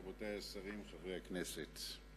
רבותי השרים, חברי הכנסת,